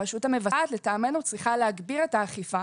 הרשות המבצעת לטעמנו צריכה להגביר את האכיפה.